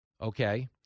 Okay